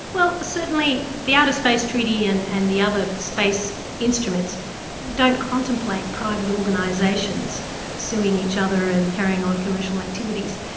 well, certainly the outer space treaty and and the other space instruments don't contemplate private organisations suing each other and carrying on commercial activities,